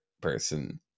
person